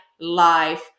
life